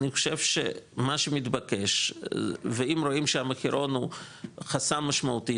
אני חושב שמה שמתבקש ואם רואים שהמחירון הוא חסם משמעותי,